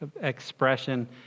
expression